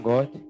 God